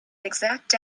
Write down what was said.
exact